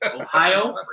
Ohio